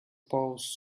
paws